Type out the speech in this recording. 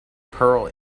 perl